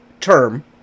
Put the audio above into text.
term